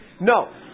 No